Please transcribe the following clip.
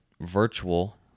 virtual